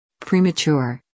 premature